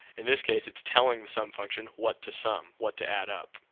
in this case, it's telling some function what to sum, what to add up.